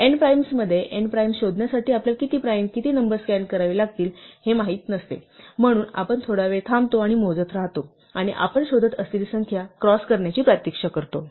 nprimes मध्ये nprimes शोधण्यासाठी आपल्याला किती प्राइम किती नंबर स्कॅन करावे लागतील हे माहित नसते म्हणून आपण थोडा वेळ थांबतो आणि मोजत राहतो आणि आपण शोधत असलेली संख्या क्रॉस करण्याची प्रतीक्षा करतो